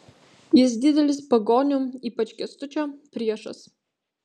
jis didelis pagonių ypač kęstučio priešas